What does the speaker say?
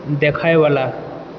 देखएवला